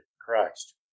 Christ